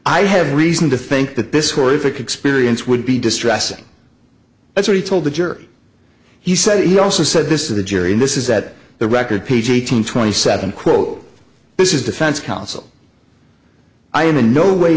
i have reason to think that this horrific experience would be distressing that's what he told the jury he said he also said this to the jury and this is at the record page eight hundred twenty seven quote this is defense counsel i am in no way